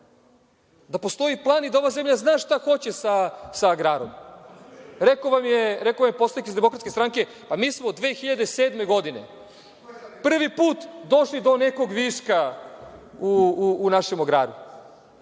da postoji plan i da ova zemlja zna šta hoće sa agrarom. Rekao vam je poslanik iz DS – pa mi smo 2007. godine prvi put došli do nekog viška u našem agraru.